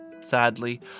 Sadly